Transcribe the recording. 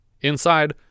Inside